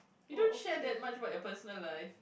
you don't share that much about your personal life